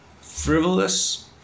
Frivolous